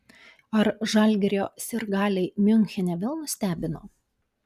ar žalgirio sirgaliai miunchene vėl nustebino